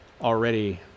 already